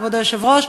כבוד היושב-ראש,